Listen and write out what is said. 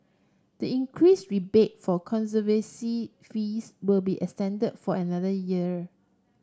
the increase rebate for conservancy fees will be extended for another year